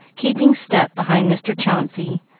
keeping step behind mr. chauncey,